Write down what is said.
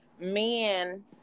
men